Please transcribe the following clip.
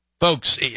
Folks